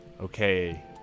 okay